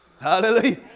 Hallelujah